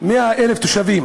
100,000 תושבים